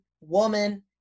woman